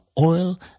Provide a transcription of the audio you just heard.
oil